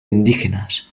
indígenas